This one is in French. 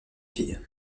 fille